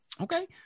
Okay